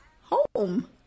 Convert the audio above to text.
home